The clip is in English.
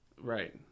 Right